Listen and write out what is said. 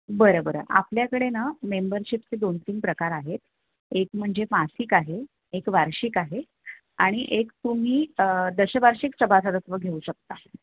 बरं बरं आपल्याकडे ना मेंबरशिपचे दोन तीन प्रकार आहेत एक म्हणजे मासिक आहे एक वार्षिक आहे आणि एक तुम्ही दशवार्षिक सभासदत्व घेऊ शकता